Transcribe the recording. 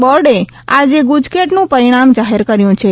બોર્ડે આજે ગુજકેટનું પરિણામ જાહેર કર્યું છે